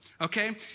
okay